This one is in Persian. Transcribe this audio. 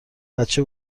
بچه